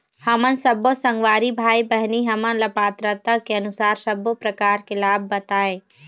हमन सब्बो संगवारी भाई बहिनी हमन ला पात्रता के अनुसार सब्बो प्रकार के लाभ बताए?